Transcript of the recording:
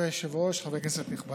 כבוד היושב-ראש, חברי כנסת נכבדים,